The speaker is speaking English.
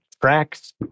tracks